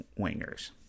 wingers